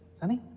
sunny.